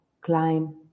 climb